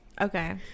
Okay